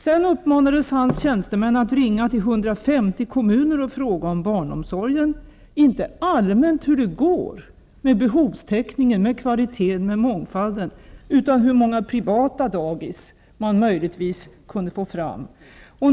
Se dan uppmanades hans tjänstemän att ringa till 150 kommuner och fråga om barnomsorgen, inte all mänt hur det går med behovstäckningen, med kvaliteten, med mångfalden, utan hur många pri vata dagis man möjligtvis kunde få fram.